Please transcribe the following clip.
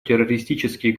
террористические